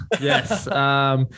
Yes